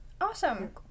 Awesome